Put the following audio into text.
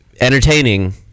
entertaining